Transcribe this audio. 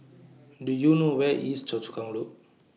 Do YOU know Where IS Choa Chu Kang Loop